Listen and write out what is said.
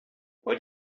what